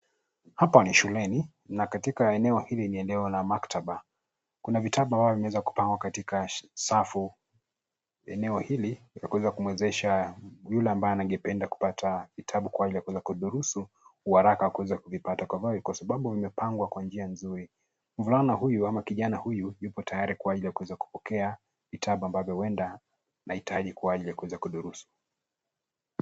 Hapa ni shuleni na katika eneo hili ni eneo la maktaba. Kuna vitabu ambavyo vimeweza kupangwa katika safu, eneo hili, ni la kuweza kumwezesha yule ambaye angependa kupata, vitabu kwa ajiri ya kuweza kudurusu uharaka wa kuweza kuvipata kwa sababu vimepangwa kwa njia nzuri. Mvulana huyu, ama kijana huyu, yupo tayari kwa ajiri ya kuweza kupokea vitabu ambavyo huenda anahitaji kwa ajri ya kuweza kudurusu.